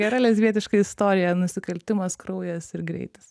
gera lesbietiška istorija nusikaltimas kraujas ir greitis